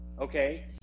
okay